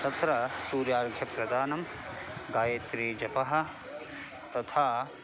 तत्र सूर्यार्घ्यप्रदानं गायत्रीजपः तथा